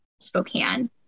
Spokane